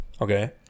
Okay